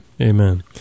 Amen